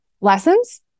lessons